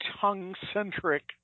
tongue-centric